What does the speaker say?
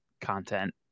content